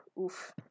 oof